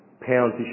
pounds